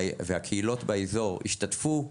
והקהילות באזור ישתתפו,